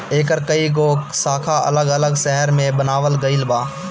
एकर कई गो शाखा अलग अलग शहर में बनावल गईल बा